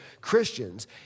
Christians